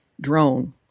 drone